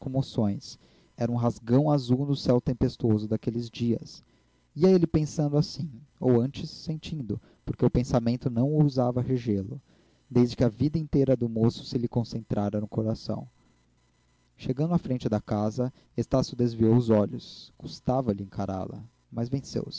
comoções era um rasgão azul no céu tempestuoso daqueles dias ia ele pensando assim ou antes sentindo porque o pensamento não ousava regê lo desde que a vida inteira do moço se lhe concentrara no coração chegando à frente da casa estácio desviou os olhos custava-lhe encará la mas venceu se